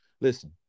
listen